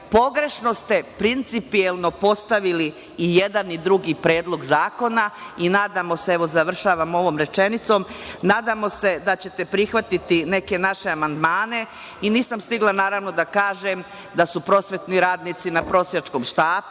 pogrešno ste principijelno postavili i jedan i drugi predlog zakona i nadam se, evo, završavam ovom rečenicom, da ćete prihvatiti neke naše amandmane. Nisam stigla, naravno, da kažem da su prosvetni radnici na prosjačkom štapu,